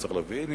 וצריך להבין,